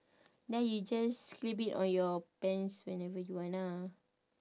then you just clip it on your pants whenever you want ah